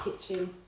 kitchen